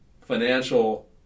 financial